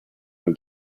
nel